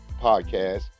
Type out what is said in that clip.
podcast